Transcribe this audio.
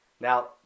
Now